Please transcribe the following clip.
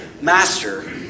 Master